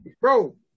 bro